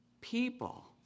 people